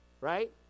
right